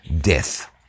death